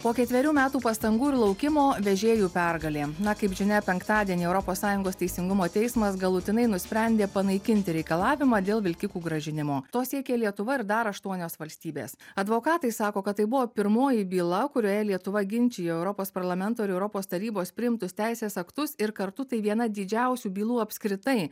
po ketverių metų pastangų ir laukimo vežėjų pergalė na kaip žinia penktadienį europos sąjungos teisingumo teismas galutinai nusprendė panaikinti reikalavimą dėl vilkikų grąžinimo to siekė lietuva ir dar aštuonios valstybės advokatai sako kad tai buvo pirmoji byla kurioje lietuva ginčijo europos parlamento ir europos tarybos priimtus teisės aktus ir kartu tai viena didžiausių bylų apskritai